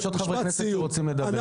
יש עוד חברי כנסת שרוצים לדבר.